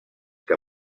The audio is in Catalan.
que